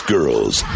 Girls